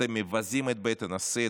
אתם מבזים את בית הנשיא,